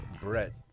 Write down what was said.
Brett